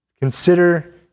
Consider